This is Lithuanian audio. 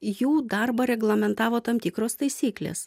jų darbą reglamentavo tam tikros taisyklės